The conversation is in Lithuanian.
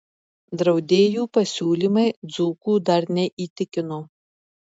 draudėjų pasiūlymai dzūkų dar neįtikino